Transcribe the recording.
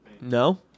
No